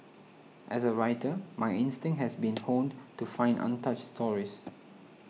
as a writer my instinct has been honed to find untouched stories